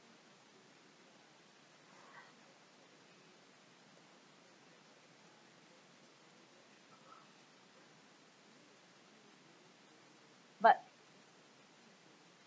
but